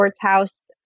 house